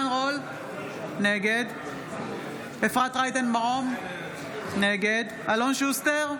נגד אפרת רייטן מרום, נגד אלון שוסטר,